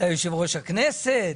אתה יושב-ראש הכנסת?